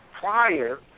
prior